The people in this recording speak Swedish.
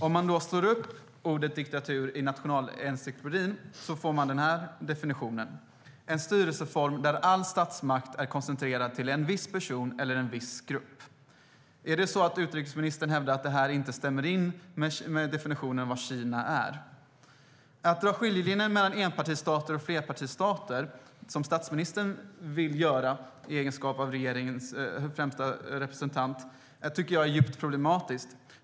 Om man slår upp ordet diktatur i Nationalencyklopedin får man denna definition: en styrelseform där all statsmakt är koncentrerad till en viss person eller en viss grupp. Hävdar utrikesministern att detta inte stämmer in på definitionen av vad Kina är? Att dra skiljelinjen mellan enpartistater och flerpartistater, som statsministern vill göra i egenskap av regeringens främsta representant, tycker jag är djupt problematiskt.